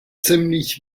ziemlich